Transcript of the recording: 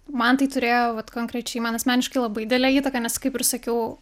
man tai turėjo vat konkrečiai man asmeniškai labai delę įtaką nes kaip ir sakiau